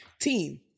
Team